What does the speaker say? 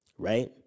Right